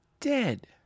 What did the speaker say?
dead